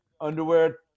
underwear